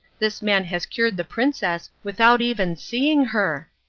this man has cured the princess without even seeing her.